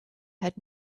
had